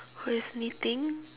who is knitting